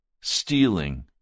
stealing